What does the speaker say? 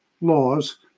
laws